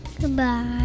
Goodbye